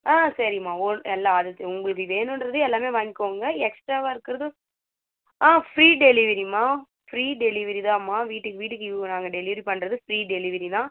ஆ சரிம்மா ஓல் எல்லாம் உங்களுக்கு வேணுகிறது எல்லாமே வாங்கிக்கோங்க எக்ஸ்ட்ராவாக இருக்கிறதும் ஆ ஃப்ரீ டெலிவெரிம்மா ஃப்ரீ டெலிவெரிதாம்மா வீட்டுக்கு வீட்டுக்கு இவு நாங்கள் டெலிவெரி பண்ணுறது ஃப்ரீ டெலிவெரி தான்